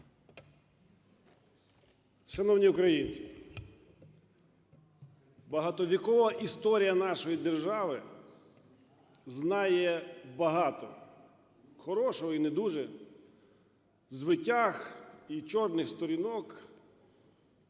Шановні українці, багатовікова історія нашої держави знає багато хорошого, і не дуже, звитяг і чорних сторінок.